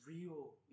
real